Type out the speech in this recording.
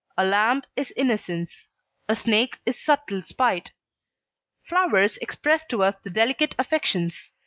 a lamb is innocence a snake is subtle spite flowers express to us the delicate affections.